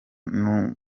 n’undi